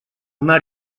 mar